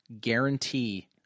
guarantee